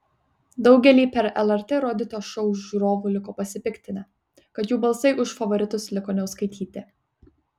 daugelį per lrt rodyto šou žiūrovų liko pasipiktinę kad jų balsai už favoritus liko neužskaityti